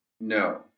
No